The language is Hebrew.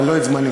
אבל לא את זמני.